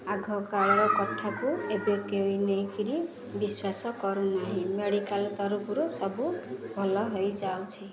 ଆଗକାାଳର କଥାକୁ ଏବେ କେବେ ନେଇକରି ବିଶ୍ୱାସ କରୁନାହିଁ ମେଡ଼ିକାଲ୍ ତରୂଫରୁ ସବୁ ଭଲ ହୋଇଯାଉଛି